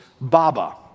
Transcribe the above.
baba